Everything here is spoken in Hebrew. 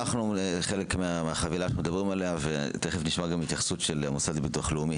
תיכף נשמע גם התייחסות של המוסד לביטוח לאומי